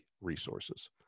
resources